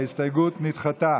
ההסתייגות נדחתה.